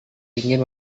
ingin